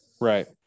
Right